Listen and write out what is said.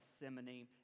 Gethsemane